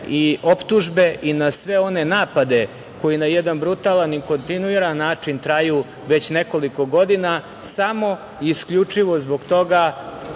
i optužbe i na sve one napade koji na jedan brutalan i kontinuiran način traju već nekoliko godina samo i isključivo zbog toga